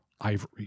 ivory